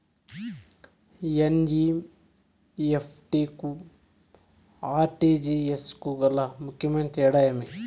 NEFT కు RTGS కు గల ముఖ్యమైన తేడా ఏమి?